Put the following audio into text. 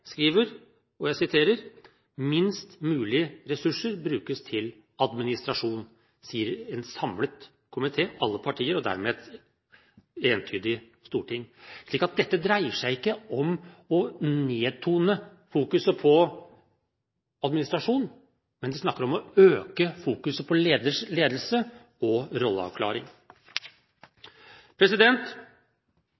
samlet komité, alle partier, og dermed et entydig storting. Så dette dreier seg ikke om å tone ned fokuset på administrasjon, men om å øke fokuset på ledelse og rolleavklaring.